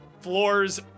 floors